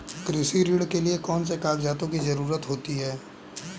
कृषि ऋण के लिऐ कौन से कागजातों की जरूरत होती है?